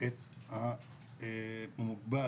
את המוגבל,